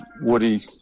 woody